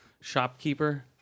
Shopkeeper